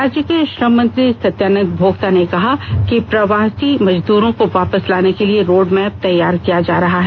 राज्य के श्रम मंत्री सत्यानन्द भोक्ता ने कहा कि सभी प्रवासी मजदूरों को वापस लाने के लिए रोड मैप तैयार किया जा रहा है